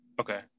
Okay